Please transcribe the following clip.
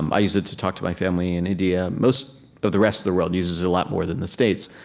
um i use it to talk to my family in india. most of the rest of the world uses it a lot more than the states.